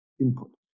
input